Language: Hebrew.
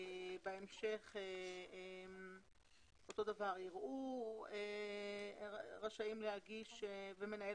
בהמשך נאמר שמנהל